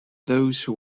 those